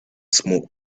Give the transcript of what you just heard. smoke